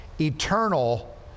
eternal